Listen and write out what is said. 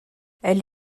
elle